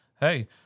hey